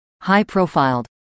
high-profiled